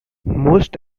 most